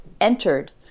entered